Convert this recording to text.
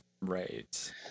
Right